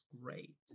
great